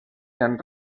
jean